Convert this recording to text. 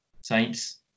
Saints